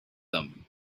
them